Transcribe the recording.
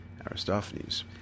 Aristophanes